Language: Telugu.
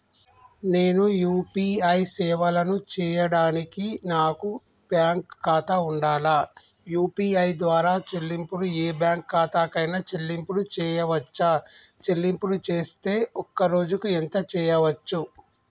నేను యూ.పీ.ఐ సేవలను చేయడానికి నాకు బ్యాంక్ ఖాతా ఉండాలా? యూ.పీ.ఐ ద్వారా చెల్లింపులు ఏ బ్యాంక్ ఖాతా కైనా చెల్లింపులు చేయవచ్చా? చెల్లింపులు చేస్తే ఒక్క రోజుకు ఎంత చేయవచ్చు?